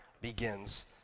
begins